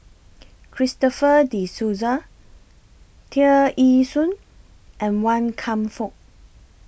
Christopher De Souza Tear Ee Soon and Wan Kam Fook